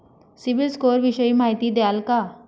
CIBIL score विषयी माहिती द्याल का?